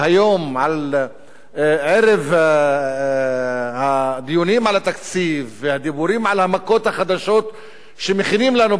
ערב הדיונים על התקציב והדיבורים על המכות החדשות שמכינים לנו בממשלה,